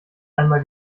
einmal